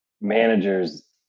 manager's